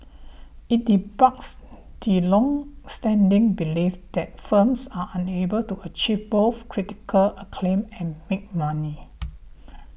it debunks the longstanding belief that films are unable to achieve both critical acclaim and make money